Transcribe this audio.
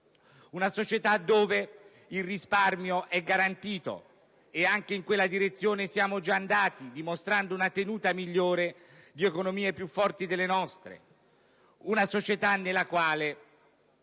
in cui il risparmio è garantito: e anche in quella direzione siamo già andati, dimostrando una tenuta migliore rispetto ad economie più forti delle nostre. Ed è una società nella quale